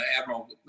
Admiral